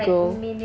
goal